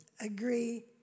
agree